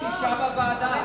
יש אשה בוועדה.